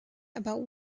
about